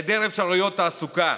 היעדר אפשרויות תעסוקה.